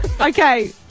Okay